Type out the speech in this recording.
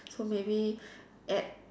so maybe add